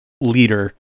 leader